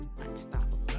Unstoppable